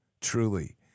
truly